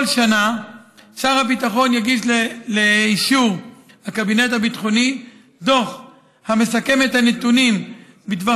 שנה יגיש שר הביטחון לאישור הקבינט הביטחוני דוח המסכם את הנתונים בדבר